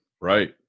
Right